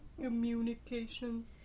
Communication